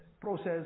process